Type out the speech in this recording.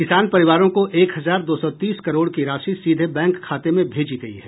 किसान परिवारों को एक हजार दो सौ तीस करोड़ की राशि सीधे बैंक खाते में भेजी गयी है